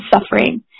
suffering